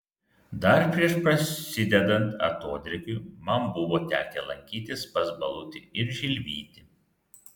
dar prieš prasidedant atodrėkiui man buvo tekę lankytis pas balutį ir žilvitį